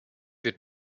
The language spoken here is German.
wird